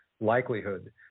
likelihood